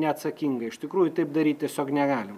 neatsakinga iš tikrųjų taip daryt tiesiog negalim